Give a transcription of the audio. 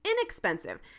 inexpensive